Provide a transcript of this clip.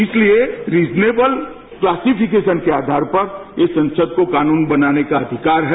इसलिए reasonable classification के आधार पर ये संसद को कानून बनाने का अधिकार है